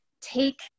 take